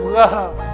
love